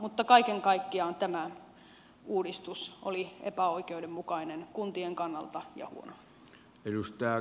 mutta kaiken kaikkiaan tämä uudistus oli epäoikeudenmukainen kuntien kannalta ja huono